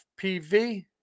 FPV